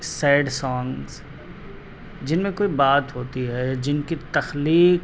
sad songs جن میں کوئی بات ہوتی ہے جن کی تخلیق